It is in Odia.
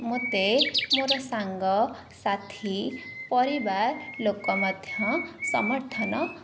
ମୋତେ ମୋର ସାଙ୍ଗସାଥି ପରିବାର ଲୋକ ମଧ୍ୟ ସମର୍ଥନ